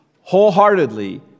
wholeheartedly